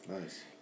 Nice